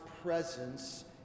presence